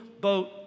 boat